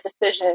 decisions